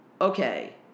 okay